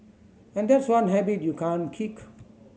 and that's one habit you can't kick